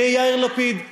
זה יהיה יאיר לפיד,